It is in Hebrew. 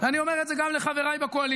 ואני אומר את זה גם לחבריי בקואליציה: